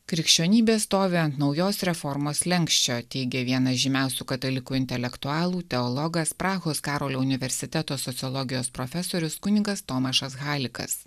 krikščionybė stovi ant naujos reformos slenksčio teigia vienas žymiausių katalikų intelektualų teologas prahos karolio universiteto sociologijos profesorius kunigas tomašas halikas